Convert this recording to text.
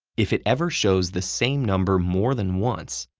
if it ever shows the same number more than once,